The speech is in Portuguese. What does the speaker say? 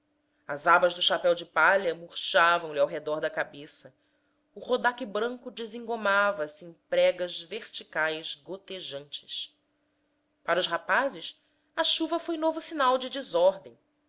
as abas do chapéu de palha murchavam lhe ao redor da cabeça o rodaque branco desengomava se em pregas verticais gotejantes para os rapazes a chuva foi novo sinal de desordem